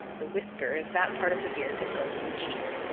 the whisker is that part of the beard that grows on the cheek.